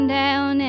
down